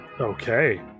Okay